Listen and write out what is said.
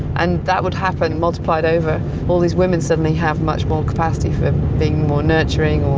and that would happen multiplied over all these women suddenly have much more capacity for being more nurturing,